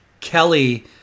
Kelly